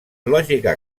lògica